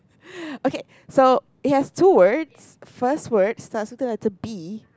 okay so it has two words first word starts with the letter B